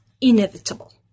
inevitable